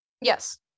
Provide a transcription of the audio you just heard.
Yes